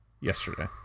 Yesterday